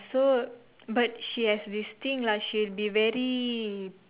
so but she has this thing lah she'll be very